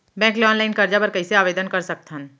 Bank ले online करजा बर कइसे आवेदन कर सकथन?